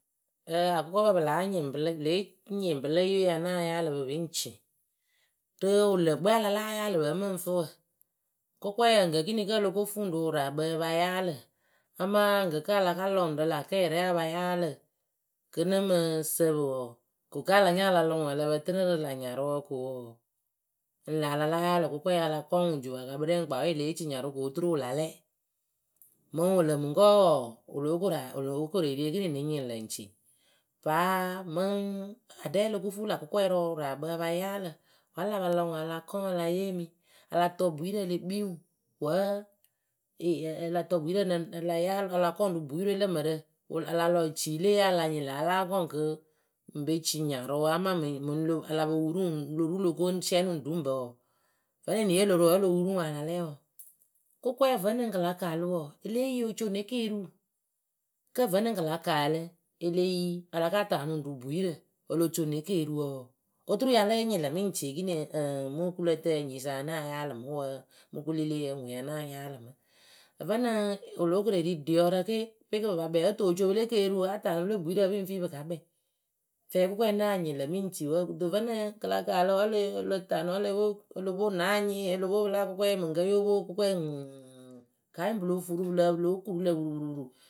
ǝǝ akʊkɔpǝ pɨlǝ nyɩŋ pɨle nya na yaalɨ pɨ pɨŋ ci rɨ wɨlǝǝkpɨ we a ya la yaalɨ pɨ mɨŋ fɨ wǝ kʊkɔyǝ gǝkiniŋ kǝ oloko fuu ŋwɨ rɨ wɨraakpǝ apa yaalɨ amaa gǝkǝ alaka lɔ ŋwɨ rɨ lakɛrɛŋ apa yaalɨ kɨ nɨ mɨ sǝpɨ wɔɔ ko ka alanya ala lɔ ŋwɨ ǝlǝpǝ tɨnɨ rɨ la nyarʊwǝ ko wɔɔ ŋ lǝ a la yaalɨ kʊkɔɛ ala kɔ ŋwɨ jupakakpɨrɛŋ ŋ kpawe lée ci nyarʊ ko oturu wɨ la lɛ. Mɨŋ wɨlǝ mɨŋkɔwe wɔɔ wɨlo ko ra wɨlo koru eri ekiniŋ nɨŋ nyɩŋ lǝ ŋci paa mɨŋ aɖɛ oloko fuu la kʊkɔɛ rɨ wɨraakpǝ apa yaalɨ wǝ a la pa lɔ ŋwɨ ala kɔŋ ale yemi ala tɔ bwiirǝ ele kpii ŋwɨ wǝ ala tɔ bwiirǝ a la yaalɨ ala kɔŋ rɨ bwiirɨwe lǝ mǝrɨ ala lɔ eci leeyee alanyɩŋ lala kɔŋ ŋwɨ kɨ ŋ be ci nyarʊwǝ amaa mɨŋ lo alopo wuru ŋwɨ loruloko ŋ sɩɛnɩ ŋ ru ŋ pǝ wɔɔ wǝnɨŋ eniye yoro wǝ olowuru ŋwɨ alalɛ wɔɔ kʊkɔɛ vǝnɨŋ kɨla kaalɨ wɔɔ eleeyi oco ne keriwu kǝ vǝnɨŋ kɨla kaalɨ ele yi alaka taanɨ ŋwɨ rɨ bwiirǝ olo co ne keriwǝ wɔɔ oturu ya la nyɩŋlǝ mɨŋ ci ekeniŋ ŋŋ mɨ kulǝtǝyǝ nyisa nya na yaalɨ mɨ wǝǝ mɨ kuleleyǝ ŋwɨ nya na yaalɨ mɨ ǝvǝnɨŋ wɨlo koreri ɖiɔrǝ ke pe kɨ pɨ pa kpɛ otocopɨ le keriwɨ ke a taanɨ pɨle bwiirǝ pɨŋ fi pɨ ka kpɛ fɛɛ kʊkɔɛ na nyɩŋlǝ mɨŋ ci wǝǝ kɨto vǝnɨŋ kɨla kaalɨ wǝ ele wǝ alataanɨ wǝ olopo na anyɩŋ olopo pɨ la kʊkɔɛ mɨŋ kǝ yo po kanyɩŋ pɨlo furu pɨlǝ pɨlo kuuru lǝ wuruwuru.